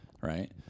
Right